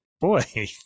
Boy